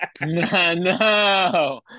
no